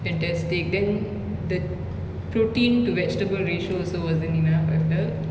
fantastic then that protein to vegetable ratio also wasn't enough if tell